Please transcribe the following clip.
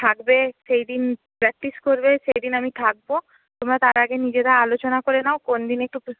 থাকবে সেইদিন প্র্যাক্টিস করবে সেইদিন আমি থাকবো তোমরা তার আগে নিজেরা আলোচনা করে নাও কোনদিন একটু